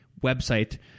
website